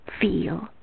feel